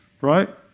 right